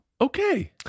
Okay